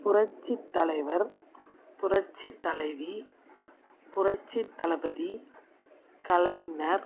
புரட்சி தலைவர் புரட்சித் தலைவி புரட்சித் தளபதி கலைஞர்